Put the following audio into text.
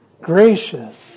Gracious